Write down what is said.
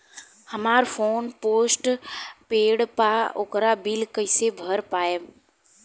हमार phone postpaid बा ओकर बिल कईसे भर पाएम?